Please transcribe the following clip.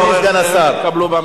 טרם התקבלו במשרד.